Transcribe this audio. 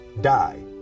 die